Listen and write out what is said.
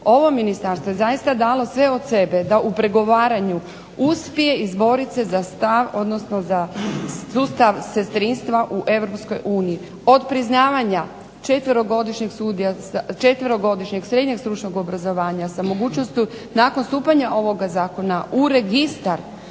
Ovo ministarstvo je zaista dalo sve od sebe da u pregovaranju uspije izborit se za stav, odnosno sustav sestrinstva u Europskoj uniji od priznavanja četverogodišnjeg srednjeg stručnog obrazovanja sa mogućnošću nakon stupanja ovoga zakona u registar,